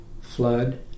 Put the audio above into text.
flood